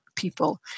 people